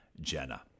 Jenna